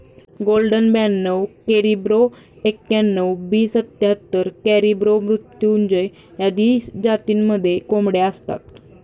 golden ब्याणव करिब्रो एक्याण्णण, B सत्याहत्तर, कॅरिब्रो मृत्युंजय आदी जातींमध्येही कोंबड्या असतात